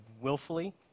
willfully